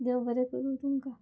देव बरें करूं तुमकां